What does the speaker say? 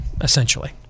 essentially